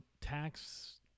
tax